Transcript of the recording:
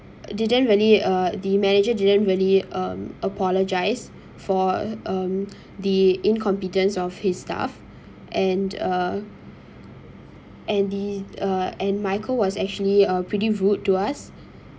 didn't really uh the manager didn't really um apologise for um the inconfident of his staff and uh and the uh and michael was actually uh pretty rude to us